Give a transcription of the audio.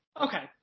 Okay